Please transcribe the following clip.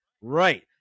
right